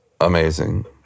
amazing